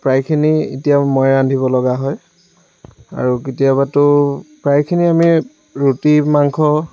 প্ৰায়খিনি এতিয়া ময়েই ৰান্ধিব লগা হয় আৰু কেতিয়াবাতো প্ৰায়খিনি আমি ৰুটি মাংস